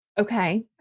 Okay